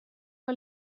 que